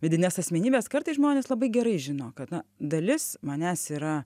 vidines asmenybes kartais žmonės labai gerai žino kad na dalis manęs yra